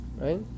Right